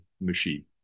machine